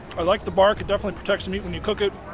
i like the bark it definitely protects to meet when you cook it,